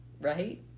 Right